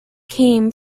came